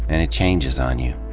and it changes on you.